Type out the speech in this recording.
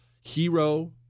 hero